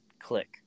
Click